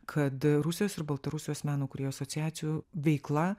kad rusijos ir baltarusijos meno kūrėjų asociacijų veikla